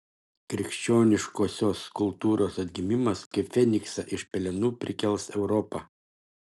krikščioniškosios kultūros atgimimas kaip feniksą iš pelenų prikels europą